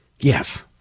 Yes